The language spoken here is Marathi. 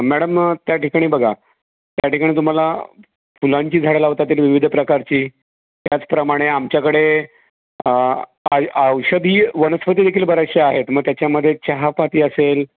मॅडम त्याठिकाणी बघा त्याठिकाणी तुम्हाला फुलांची झाडं लावता येतील विविध प्रकारची त्याचप्रमाणे आमच्याकडे आहे औषधी वनस्पतीदेखील बऱ्याचशा आहेत मग त्याच्यामध्ये चहापत्ती असेल